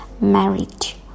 Marriage